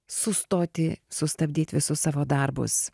sustoti sustabdyt visus savo darbus